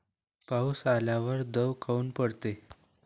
पाऊस आल्यावर दव काऊन पडते?